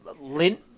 lint